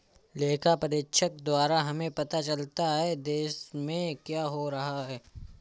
लेखा परीक्षक द्वारा हमें पता चलता हैं, देश में क्या हो रहा हैं?